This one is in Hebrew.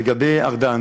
לגבי ארדן,